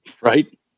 Right